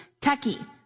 techie